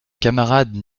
camarade